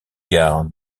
gares